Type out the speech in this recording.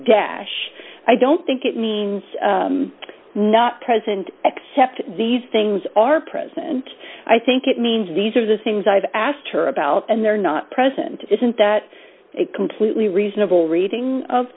dash i don't think it means not present except these things are present i think it means these are the things i've asked her about and they're not present isn't that it completely reasonable reading